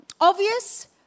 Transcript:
obvious